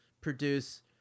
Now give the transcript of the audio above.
produce